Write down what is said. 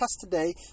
today